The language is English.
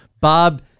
Bob